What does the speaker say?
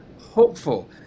hopeful